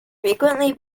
frequently